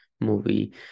movie